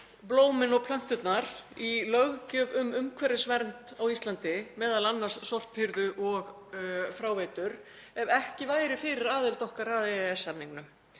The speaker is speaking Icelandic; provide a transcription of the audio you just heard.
blómin og plönturnar í löggjöf um umhverfisvernd á Íslandi, m.a. um sorphirðu og fráveitur, ef ekki væri fyrir aðild okkar að EES-samningnum.